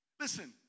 Listen